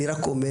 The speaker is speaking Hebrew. אני רק אומר,